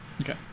Okay